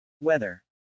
weather